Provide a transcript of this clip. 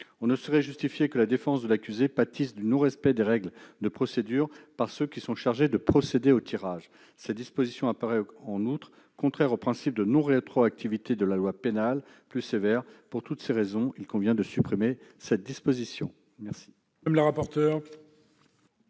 On ne saurait justifier que cette dernière pâtisse du non-respect des règles de procédure par ceux qui sont chargés de procéder au tirage. En outre, cette disposition apparaît contraire au principe de non-rétroactivité de la loi pénale plus sévère. Pour ces raisons, il convient de supprimer cette disposition. Quel